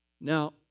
Now